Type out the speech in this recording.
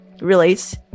relates